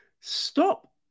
stop